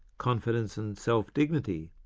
confidence and self dignity,